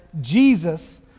Jesus